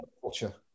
culture